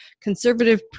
conservative